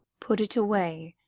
put it eway.